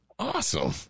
Awesome